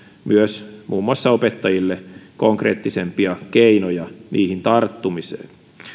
myös muun muassa opettajille konkreettisempia keinoja niihin tarttumiseen